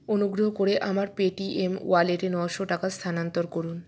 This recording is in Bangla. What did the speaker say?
অনুগ্রহ করে আমার পেটিএম ওয়ালেটে নয়শো টাকা স্থানান্তর করুন